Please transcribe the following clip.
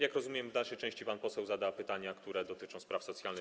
Jak rozumiem, w dalszej części pan poseł zada pytania, które dotyczą spraw socjalnych.